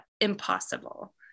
impossible